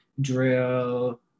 drill